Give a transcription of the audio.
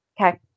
Okay